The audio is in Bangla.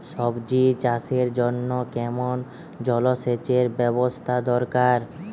সবজি চাষের জন্য কেমন জলসেচের ব্যাবস্থা দরকার?